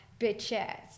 bitches